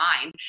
mind